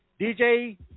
DJ